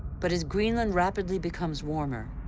but as greenland rapidly becomes warmer,